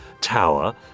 tower